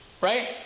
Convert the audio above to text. Right